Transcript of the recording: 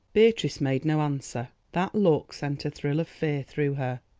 beatrice made no answer that look sent a thrill of fear through her.